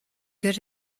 good